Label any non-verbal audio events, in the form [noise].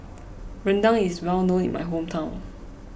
[noise] Rendang is well known in my hometown